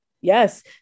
Yes